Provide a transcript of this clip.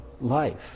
life